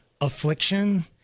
affliction